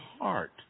heart